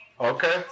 Okay